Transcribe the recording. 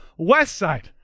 Westside